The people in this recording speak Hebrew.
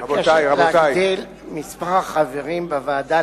מבקשת להגדיל את מספר החברים בוועדה